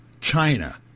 China